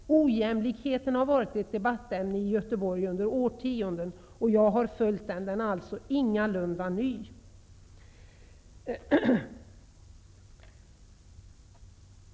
Ojämlikheten har dock varit ett debattämne i Göteborg i årtionden. Jag har följt denna debatt, och den är således ingalunda ny.